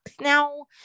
now